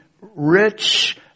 rich